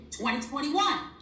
2021